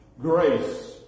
Grace